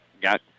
got